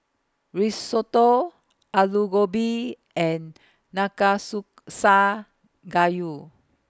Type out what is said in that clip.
Risotto Alu Gobi and Gayu